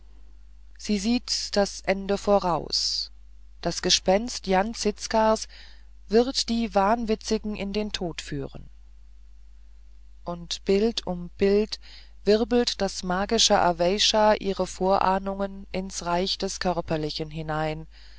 sie sieht das ende voraus das gespenst jan zizkas wird die wahnwitzigen in den tod führen und bild um bild wirbelt das magische aweysha ihre vorahnungen ins reich des körperlichen hinein